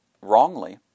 wrongly